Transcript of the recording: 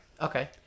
Okay